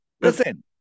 Listen